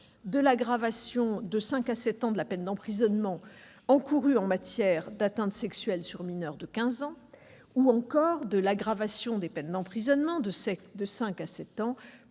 de l'aggravation de cinq à sept ans de la peine d'emprisonnement encourue en matière d'atteinte sexuelle sur mineur de quinze ans, ou encore de l'aggravation des peines d'emprisonnement de cinq